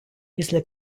після